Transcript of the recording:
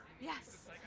yes